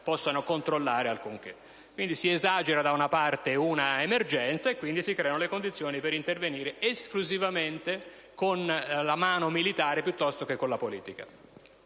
possano controllare alcunché. Quindi, si esagera un'emergenza e si creano le condizioni per intervenire esclusivamente con la mano militare piuttosto che con la politica.